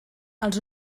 els